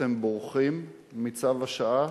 אתם בורחים מצו השעה